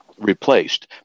replaced